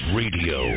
radio